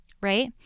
right